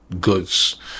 goods